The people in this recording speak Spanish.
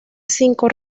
cinco